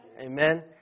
Amen